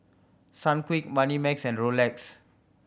Sunquick Moneymax and Rolex